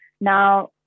Now